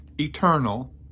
eternal